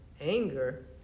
anger